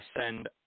send